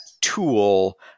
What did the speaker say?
tool